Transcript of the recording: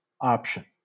option